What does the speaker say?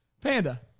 Panda